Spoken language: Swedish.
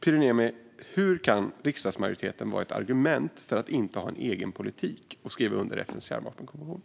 Pyry Niemi! Hur kan riksdagsmajoriteten vara ett argument för att inte ha en egen politik vad gäller att skriva under FN:s kärnvapenkonvention?